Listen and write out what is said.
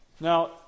Now